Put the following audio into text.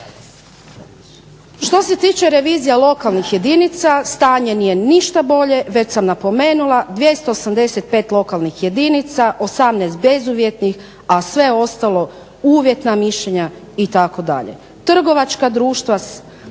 Što se tiče revizija lokalnih jedinica stanje nije ništa bolje. Već sam napomenula 285 lokalnih jedinica, 18 bezuvjetnih, a sve ostalo uvjetna mišljenja itd. trgovačka društva,